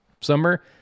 summer